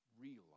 realize